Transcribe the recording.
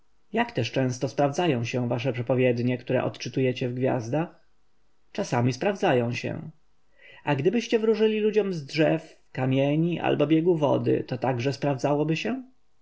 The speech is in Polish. jak też często sprawdzają się wasze przepowiednie które odczytujecie w gwiazdach czasem sprawdzają się a gdybyście wróżyli ludziom z drzew kamieni albo biegu wody to także sprawdzałoby się